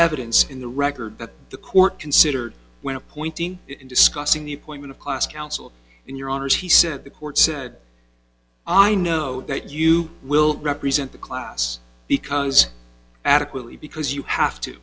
evidence in the record that the court considered when appointing discussing the appointment of class counsel in your honour's he said the court said i know that you will represent the class because adequately because you have to